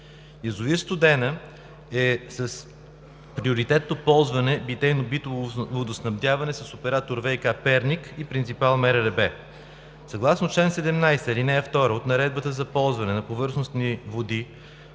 Язовир „Студена“ е с приоритетно ползване на питейно-битово водоснабдяване с оператор ВиК – Перник, и принципал МРРБ. Съгласно чл. 17, ал. 2 от Наредбата за ползване на повърхностни води